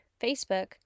Facebook